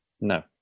No